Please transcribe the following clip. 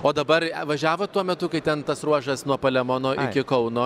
o dabar važiavot tuo metu kai ten tas ruožas nuo palemono iki kauno